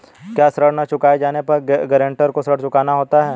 क्या ऋण न चुकाए जाने पर गरेंटर को ऋण चुकाना होता है?